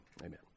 Amen